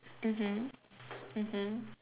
mmhmm mmhmm